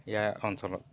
ইয়াৰ অঞ্চলত